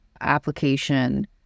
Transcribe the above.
application